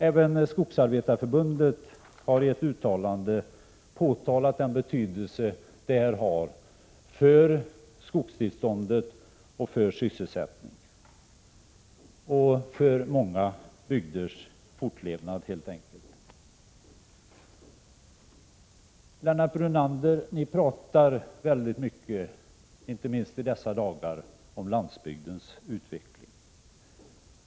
Även Skogsarbetareförbundet har i ett uttalande påpekat den betydelse detta bidrag har för skogstillståndet, för sysselsättningen och helt enkelt för många bygders fortlevnad. Lennart Brunander! Ni talar väldigt mycket, inte minst i dessa dagar, om landsbygdens utveckling.